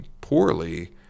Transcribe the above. poorly